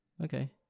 Okay